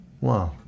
Wow